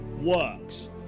works